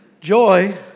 Joy